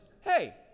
hey